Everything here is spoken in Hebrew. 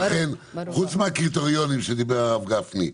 חוץ מהקריטריונים שדיבר על זה הרב גפני,